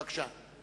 בבקשה.